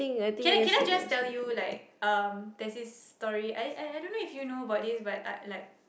can I can I just tell you like um there's this story I I I don't know if you know about this but uh like